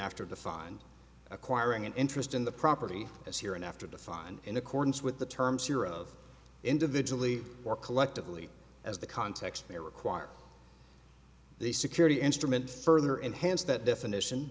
after the find acquiring an interest in the property as here and after the find in accordance with the terms year of individually or collectively as the context they require the security instrument further enhanced that definition